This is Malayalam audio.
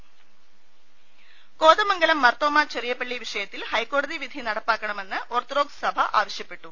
രദ്ദമ്പ്പെട്ടറ കോതമംഗലം മാർത്തോമ്മ ചെറിയപള്ളി വിഷയത്തിൽ ഹൈക്കോടതി വിധി നടപ്പാക്കണമെന്ന് ഓർത്തഡോക്സ് സഭ ആവശ്യപ്പെട്ടു